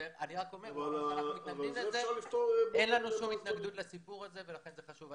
אני רק אומר שאין לנו שום התנגדות לסיפור הזה ולכן זה חשוב.